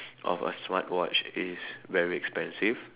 of a smartwatch is very expensive